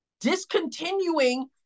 discontinuing